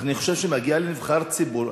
אני חושב שמגיע לנבחר ציבור,